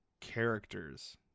Characters